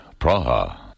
Praha